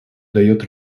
дает